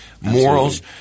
morals